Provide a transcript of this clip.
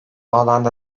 alanda